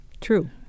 True